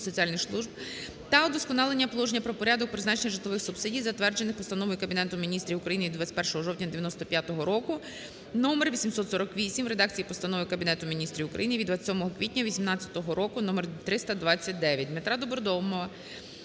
та вдосконалення Положення про порядок призначення житлових субсидій, затверджених Постановою Кабінету Міністрів України від 21 жовтня 1995 року № 848 (в редакції Постанови Кабінету Міністрів України від 27 квітня 2018 р. № 329). ДмитраДобродомова